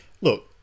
Look